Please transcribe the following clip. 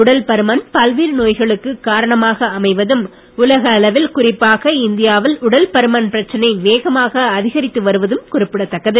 உடல் பருமன் பல்வேறு நோய்களுக்கு காரணமாக அமைவதும் உலக அளவில் குறிப்பாக இந்தியாவில் உடல் பருமன் பிரச்சனை வேகமாக அதிகரித்து வருவதும் குறிப்பிடத்தக்கது